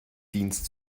dienst